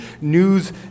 news